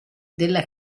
della